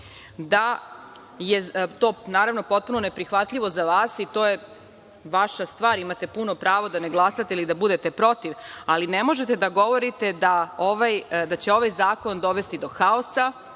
da je to naravno potpuno neprihvatljivo za vas, i to je vaša stvar, imate puno pravo da ne glasate ili da budete protiv, ali ne možete da govorite da će ovaj zakon dovesti do haosa